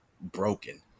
broken